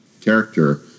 character